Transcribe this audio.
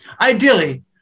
ideally